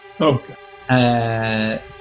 Okay